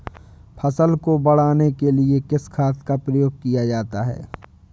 फसल को बढ़ाने के लिए किस खाद का प्रयोग किया जाता है?